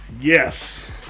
Yes